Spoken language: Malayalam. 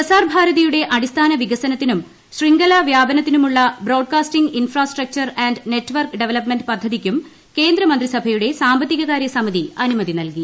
പ്രസാർ ഭാരതിയുടെ അടിസ്ഥാന വികസനത്തിനും ശൃംഖല വ്യാപനത്തിനുമുള്ള broadcasting infrastructure and network development പദ്ധതിക്കും കേന്ദ്ര മന്ത്രിസഭയുടെ സാമ്പത്തിക കാര്യ സമിതി അനുമതി നൽകി